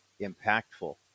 impactful